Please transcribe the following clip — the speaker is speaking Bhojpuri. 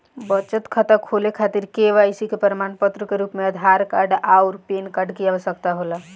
बचत खाता खोले खातिर के.वाइ.सी के प्रमाण के रूप में आधार आउर पैन कार्ड की आवश्यकता होला